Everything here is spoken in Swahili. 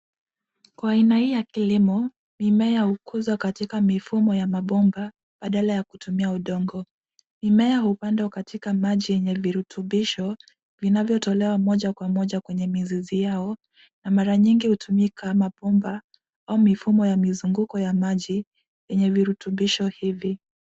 Kwa aina hii ya kilimo, mimea hukuzwa katika mifumo ya mabomba badala ya kutumia udongo. Mimea hupandwa katika maji yenye viritubisho vinavyotolewa moja kwa moja kwenye mizizi yao na mara nyingi hutumika mabomba au mifumo ya mizunguko ya maji yenye virutubisho hivi.